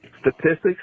statistics